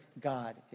God